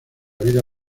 vida